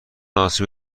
آسیب